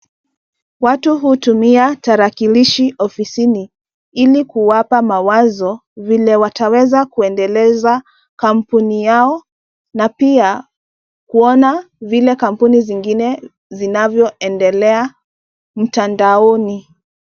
Watu hutumia tarakilishi ofisini, ili kuwapa mawazo vile wataweza kuendeleza kampuni yao na pia kuona vile kampuni zingine zinavyoendelea mtandaoni.